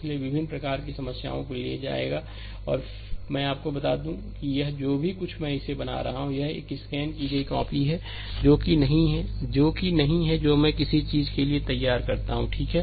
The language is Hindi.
इसलिए विभिन्न प्रकार की समस्याओं को ले जाएगा और मैं आपको एक बात बता दूं कि यह जो कुछ भी मैं इसे बना रहा हूं यह एक स्कैन की गई कॉपी है जो कि नहीं है जो मैं किसी चीज के लिए तैयार करता हूं ठीक है